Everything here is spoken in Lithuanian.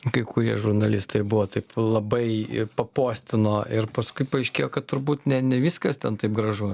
kai kurie žurnalistai buvo taip labai papostino ir paskui paaiškėjo kad turbūt ne ne viskas ten taip gražu